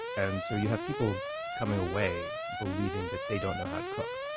and so you have people coming away believing that they don't know how to cook.